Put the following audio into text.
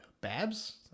Babs